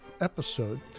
episode